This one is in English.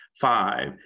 five